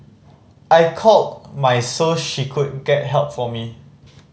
I called my so she could get help for me